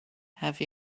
have